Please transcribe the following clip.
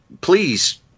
Please